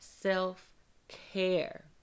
self-care